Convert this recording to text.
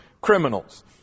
criminals